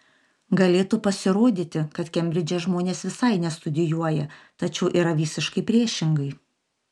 galėtų pasirodyti kad kembridže žmonės visai nestudijuoja tačiau yra visiškai priešingai